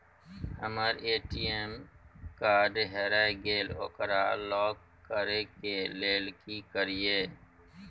हमर ATM card हेरा गेल ओकरा लॉक करै के लेल की करियै?